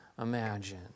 imagine